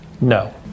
No